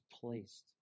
placed